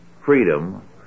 freedom